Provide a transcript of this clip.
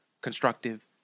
constructive